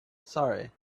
sorry